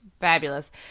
fabulous